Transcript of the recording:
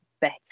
better